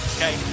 Okay